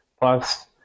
plus